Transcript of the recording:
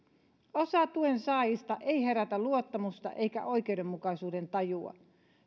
osa tuen saajista ei herätä luottamusta eikä oikeudenmukaisuuden tajua